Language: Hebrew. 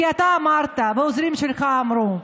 כי אמרת, העוזרים שלך אמרו,